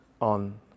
on